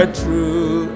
true